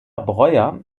breuer